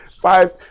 five